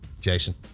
Jason